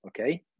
okay